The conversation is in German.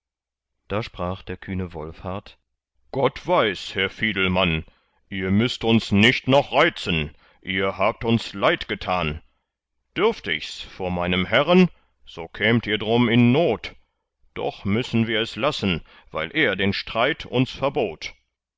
da sprach der kühne wolfhart gott weiß herr fiedelmann ihr müßt uns nicht noch reizen ihr habt uns leid getan dürft ichs vor meinem herren so kämt ihr drum in not doch müssen wir es lassen weil er den streit uns verbot